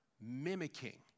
mimicking